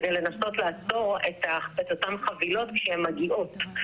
כדי לנסות לעצור את אותן חבילות כשהן מגיעות.